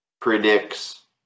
predicts